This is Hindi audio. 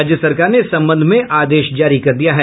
राज्य सरकार ने इस संबंध में आदेश जारी कर दिया है